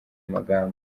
amagambo